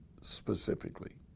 specifically